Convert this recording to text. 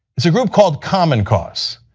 it's a group called common cause,